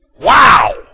Wow